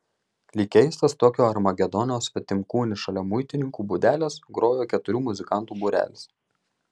lyg keistas tokio armagedono svetimkūnis šalia muitininkų būdelės grojo keturių muzikantų būrelis